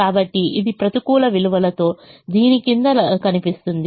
కాబట్టి ఇది ప్రతికూల విలువలతో దీని క్రింద కనిపిస్తుంది